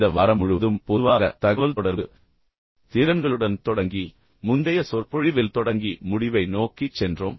இந்த வாரம் முழுவதும் பொதுவாக தகவல்தொடர்பு திறன்களுடன் தொடங்கி முந்தைய சொற்பொழிவில் தொடங்கி முடிவை நோக்கிச் சென்றோம்